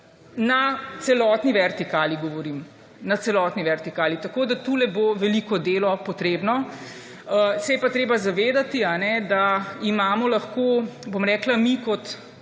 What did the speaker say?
na celotni vertikali. Tu bo veliko delo potrebno. Se je pa treba zavedati, da imamo lahko mi kot